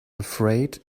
afraid